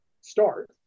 start